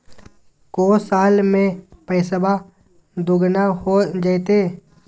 को साल में पैसबा दुगना हो जयते?